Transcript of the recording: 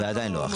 זה עדיין לא.